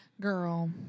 Girl